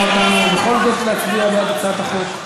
אותנו בכל אופן להצביע בעד הצעת החוק.